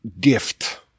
gift